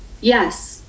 yes